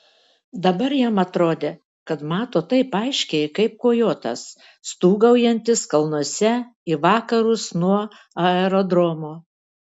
dabar jam atrodė kad mato taip aiškiai kaip kojotas stūgaujantis kalnuose į vakarus nuo aerodromo